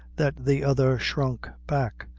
that the other shrunk back,